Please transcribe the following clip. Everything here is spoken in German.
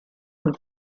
und